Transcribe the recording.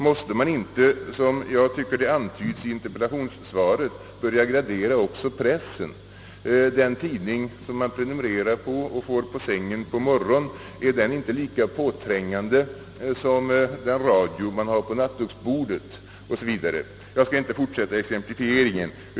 Måste man inte — som jag tycker det antyds i interpellationssvaret — börja gradera också pressen? Den tidning som man prenumererar på och får på sängen om morgnarna, är den inte lika påträngande som den radio man har på nattduksbordet 0. s. v.? Jag skall inte fortsätta exemplifieringen.